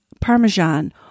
Parmesan